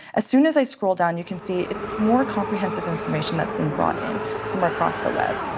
as soon as i scroll down you can see it's more comprehensive information that's been brought in from across the web.